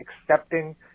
accepting